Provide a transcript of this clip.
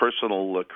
personal